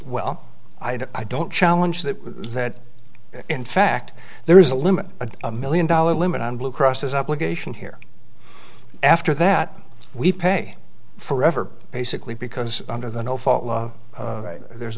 well i don't challenge that that in fact there is a limit of a million dollar limit on blue crosses up legation here after that we pay for ever basically because under the no fault law there's